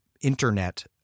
internet